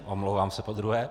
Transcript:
Omlouvám se podruhé.